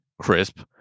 crisp